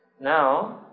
Now